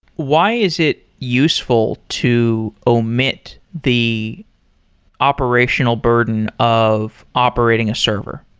why is it useful to omit the operational burden of operating a server?